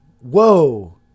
Whoa